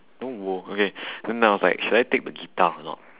no okay and then I was like should I take the guitar or not